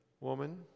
Woman